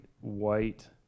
white